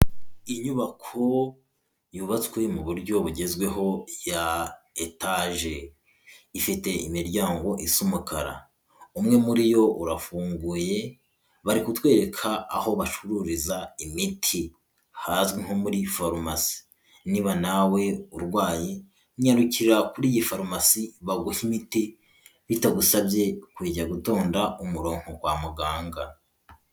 Inyubako yubatswe mu buryo bugezweho ya etaje. Ifite imiryango isa umukara. Umwe muri yo urafunguye, bari kutwereka aho bacururiza imiti. Hazwi nko muri farumasi. Niba nawe urwaye nyarukira kuri iyi farumasi baguhe imiti, bitagusabye kujya gutonda umurongo kwa muganga.